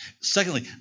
Secondly